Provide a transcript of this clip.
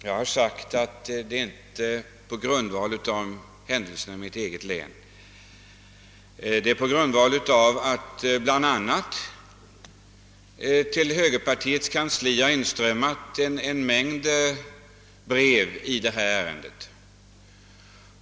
Herr talman! Det är inte på grund av händelserna i mitt eget län som jag aktualiserar dessa frågor, utan jag har gjort det bl.a. därför att det till högerpartiets kansli har inkommit en stor mängd brev i ärendet.